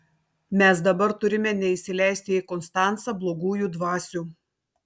mes dabar turime neįsileisti į konstancą blogųjų dvasių